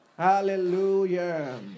Hallelujah